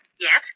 Yes